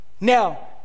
now